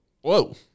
Whoa